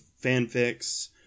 fanfics